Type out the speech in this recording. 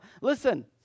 Listen